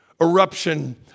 eruption